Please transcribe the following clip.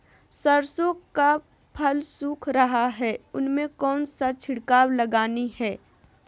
सरसो का फल सुख रहा है उसमें कौन सा छिड़काव लगानी है?